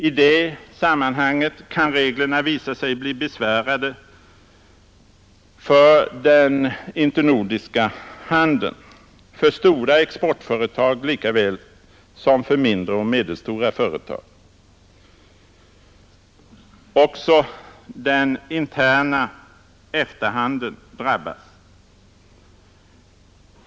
I det sammanhanget kan reglerna visa sig bli besvärande för den internordiska handeln, för stora exportföretag lika väl som för mindre och medelstora företag. Också den interna fabrikant enligt E TA-handeln drabbas.